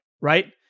right